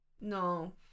No